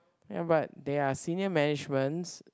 ya but there are senior managements